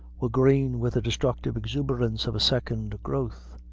were green with the destructive exuberance of a second growth.